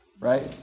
Right